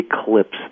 eclipse